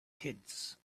kids